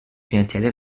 finanzielle